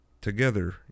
together